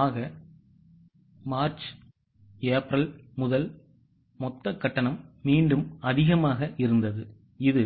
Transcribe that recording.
ஆக March April முதல் மொத்த கட்டணம் மீண்டும் அதிகமாக இருந்தது இது